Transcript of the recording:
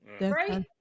Right